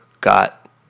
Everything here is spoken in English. got